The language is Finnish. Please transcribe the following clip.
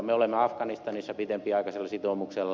me olemme afganistanissa pitempiaikaisella sitoumuksella